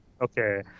Okay